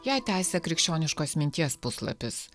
ją tęsia krikščioniškos minties puslapis